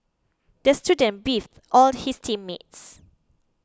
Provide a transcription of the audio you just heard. the student beefed all his team mates